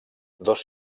dos